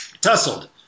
Tussled